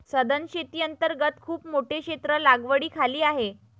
सधन शेती अंतर्गत खूप मोठे क्षेत्र लागवडीखाली आहे